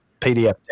PDF